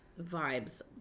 vibes